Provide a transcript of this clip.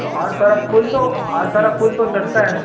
तो और सारा फूल तो और सारा फूल तो सस्ता है